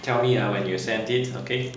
tell me ah when you sent it okay